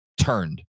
turned